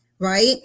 Right